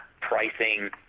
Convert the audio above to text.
pricing